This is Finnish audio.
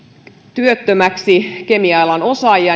työttömäksi kemian alan osaajia